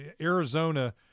Arizona